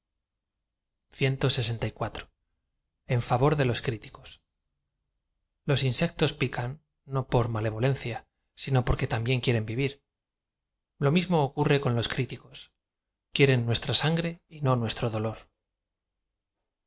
en fa vor de los criiico os insectos pican no por m alevolencia sino p o r que también quieren v iv ir lo mismo ocurre con los críticos quieren nuestra sangre y no nuestro dolor